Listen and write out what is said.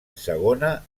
segona